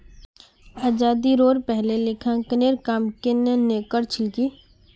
आज़ादीरोर पहले लेखांकनेर काम केन न कर छिल की